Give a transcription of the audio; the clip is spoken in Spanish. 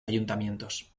ayuntamientos